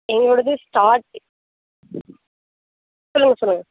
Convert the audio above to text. எங்களோடது start சொல்லுங்கள் சொல்லுங்கள்